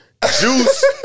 Juice